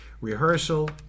rehearsal